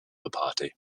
party